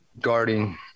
guarding